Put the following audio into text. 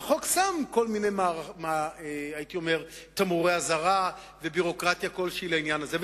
והחוק שם כל מיני תמרורי אזהרה וביורוקרטיה כלשהי לעניין הזה,